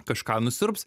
kažką nusiurbs